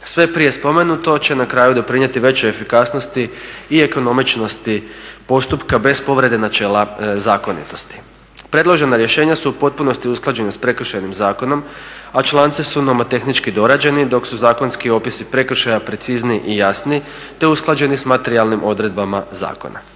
Sve prije spomenuto će na kraju doprinijeti većoj efikasnosti i ekonomičnosti postupka bez povrede načela zakonitosti. Predložena rješenja su u potpunosti usklađena s Prekršajnim zakonom, a članci su nomotehnički dorađeni dok su zakonski opisi prekršaja precizniji i jasniji te usklađeni sa materijalnim odredbama zakona.